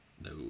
No